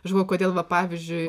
aš galvoju kodėl va pavyzdžiui